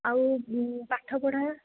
ଆଉ ପାଠପଢ଼ା